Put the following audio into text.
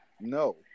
No